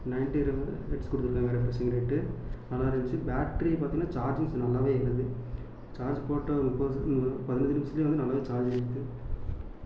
ninety minutes கொடுத்துருக்காங்க refreshing rate நல்லா இருந்துச்சு பேட்ரி பார்த்தீங்கன்னா சார்ஜும் நல்லாவே ஏறுது சார்ஜ் போட்டு ஒரு முப்பது பதினஞ்சு நிமிஷத்துலையே வந்து நல்லாவே சார்ஜ் ஏறிடுது